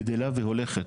גדלה והולכת,